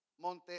Monte